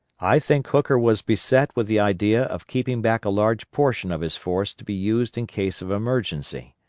i think hooker was beset with the idea of keeping back a large portion of his force to be used in case of emergency.